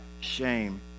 shame